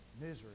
misery